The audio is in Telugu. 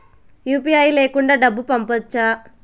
యు.పి.ఐ లేకుండా డబ్బు పంపొచ్చా